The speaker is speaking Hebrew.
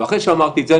ואחרי שאמרתי את זה,